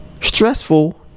stressful